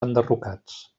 enderrocats